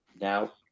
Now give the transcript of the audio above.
now